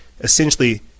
essentially